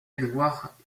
edward